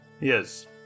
Yes